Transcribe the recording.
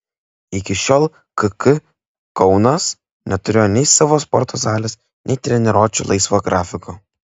iki šiol kk kaunas neturėjo nei savo sporto salės nei treniruočių laisvo grafiko